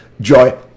joy